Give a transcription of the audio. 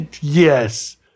Yes